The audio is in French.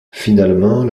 finalement